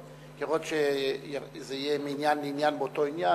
ויכול להיות שזה יהיה מעניין לעניין באותו עניין,